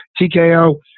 TKO